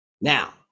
Now